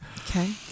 Okay